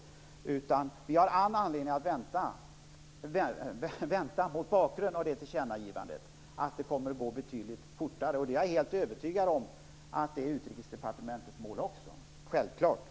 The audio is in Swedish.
Mot bakgrund av det tillkännagivandet har vi all anledning att förvänta oss att det kommer att gå betydligt fortare. Jag är helt övertygad om att detta självfallet också är Utrikesdepartementets mål.